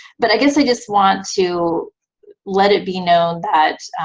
but i guess i just want to let it be known that